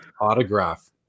autograph